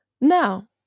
Now